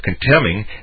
contemning